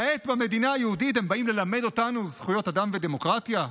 כעת במדינה היהודית הם באים ללמד אותנו זכויות אדם ודמוקרטיה?